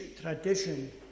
tradition